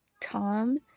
Tom